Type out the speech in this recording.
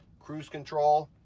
cruise control,